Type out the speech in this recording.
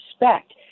respect